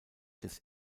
des